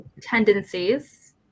tendencies